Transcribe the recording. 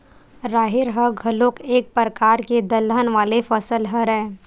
राहेर ह घलोक एक परकार के दलहन वाले फसल हरय